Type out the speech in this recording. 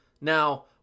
Now